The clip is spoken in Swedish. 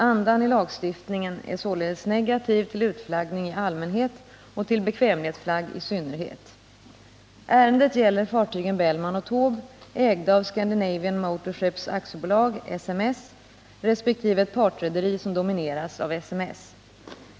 Andan i lagstiftningen är således negativ till utflaggning i allmänhet och till bekvämlighetsflagg i synnerhet. Ärendet gäller fartygen Bellman och Taube, ägda av Scandinavian Motorships AB resp. ett partrederi som domineras av SMS.